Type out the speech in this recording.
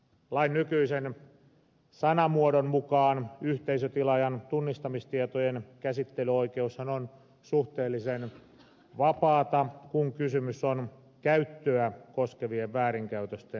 lain nykyisen sanamuodon mukaan yhteisötilaajan tunnistamistietojen käsittelyoikeushan on suhteellisen vapaata kun kysymys on käyttöä koskevien väärinkäytösten selvittämisestä